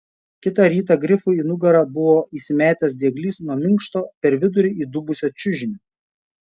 kitą rytą grifui į nugarą buvo įsimetęs dieglys nuo minkšto per vidurį įdubusio čiužinio